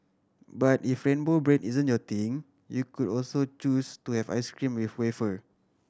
but if rainbow bread isn't your thing you could also choose to have ice cream with wafer